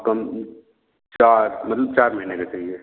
कम चार मतलब चार महीने का चाहिए